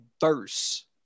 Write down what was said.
verse